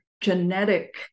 genetic